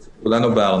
כי זו באמת שאלה